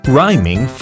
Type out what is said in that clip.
Rhyming